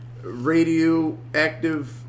radioactive